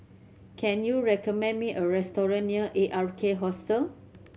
can you recommend me a restaurant near A R K Hostel